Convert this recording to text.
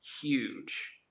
huge